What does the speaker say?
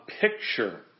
picture